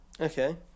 Okay